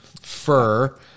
fur